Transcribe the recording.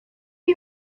you